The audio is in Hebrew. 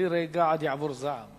חבי רגע עד יעבור זעם.